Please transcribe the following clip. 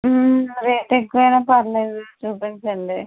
rate ఎక్కువైనా పర్లేదు చూపించండి